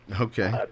Okay